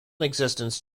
existence